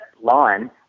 line